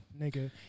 nigga